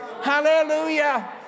Hallelujah